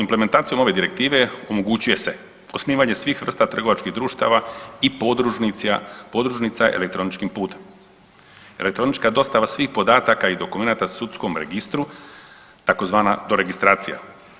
Implementacijom ove direktive omogućuje se osnivanje svih vrsta trgovačkih društava i podružnica elektroničkim putem, elektronička dostava svih podataka i dokumenata sudskom registru tzv. doregistracija.